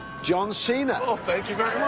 john cena. ah thank you very